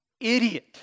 idiot